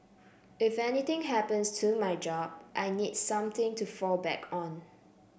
if anything happens to my job I need something to fall back on